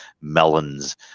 melons